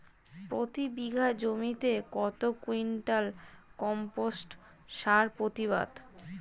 প্রতি বিঘা জমিতে কত কুইন্টাল কম্পোস্ট সার প্রতিবাদ?